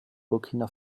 burkina